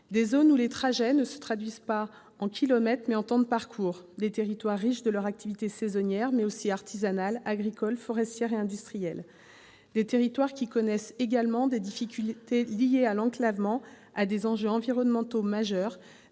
des zones où les trajets ne se traduisent pas en kilomètres, mais en temps de parcours ; des territoires riches de leurs activités saisonnières, mais aussi artisanales, agricoles, forestières et industrielles ; des territoires qui connaissent également des difficultés liées à l'enclavement ou à des enjeux environnementaux majeurs